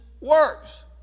works